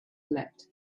leapt